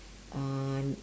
on